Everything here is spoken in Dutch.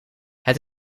het